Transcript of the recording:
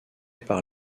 par